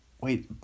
Wait